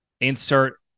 insert